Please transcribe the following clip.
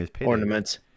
ornaments